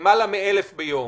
לתת את המידע בידי האדם,